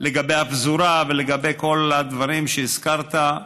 לגבי הפזורה ולגבי כל הדברים שהזכרת.